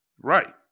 Right